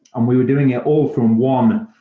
and we were doing it all from one,